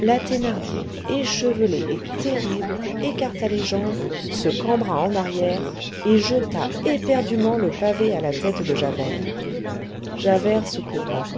la thénardier échevelée et terrible écarta les jambes se cambra en arrière et jeta éperdument le pavé à la tête de javert javert se courba